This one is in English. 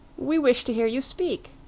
we wish to hear you speak.